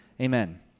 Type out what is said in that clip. amen